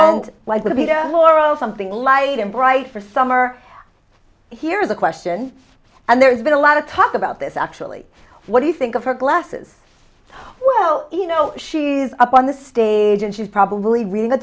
and like the down laurel something light and bright for summer here are the questions and there's been a lot of talk about this actually what do you think of her glasses well you know she's up on the stage and she's probably reading the